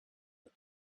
but